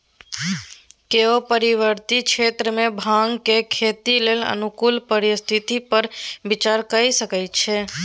केओ पर्वतीय क्षेत्र मे भांगक खेती लेल अनुकूल परिस्थिति पर विचार कए सकै छै